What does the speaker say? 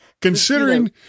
considering